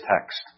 text